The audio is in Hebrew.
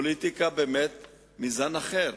פוליטיקה באמת מזן אחר,